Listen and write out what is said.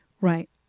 Right